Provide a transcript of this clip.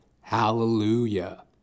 Hallelujah